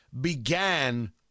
began